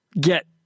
get